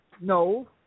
no